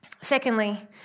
Secondly